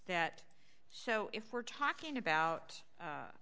that so if we're talking about